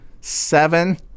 seven